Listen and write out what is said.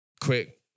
Quick